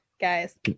guys